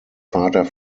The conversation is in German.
vater